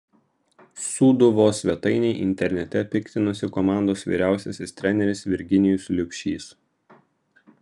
sūduvos svetainei internete piktinosi komandos vyriausiasis treneris virginijus liubšys